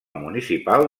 municipal